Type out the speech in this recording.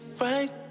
right